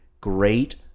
great